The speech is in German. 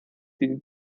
den